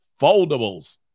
Foldables